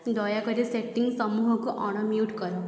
ଦୟାକରି ସେଟିଂ ସମୂହକୁ ଅଣମ୍ୟୁଟ୍ କର